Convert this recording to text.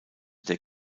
der